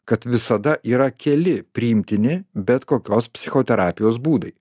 kad visada yra keli priimtini bet kokios psichoterapijos būdai